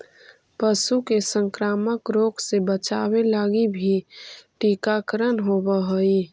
पशु के संक्रामक रोग से बचावे लगी भी टीकाकरण होवऽ हइ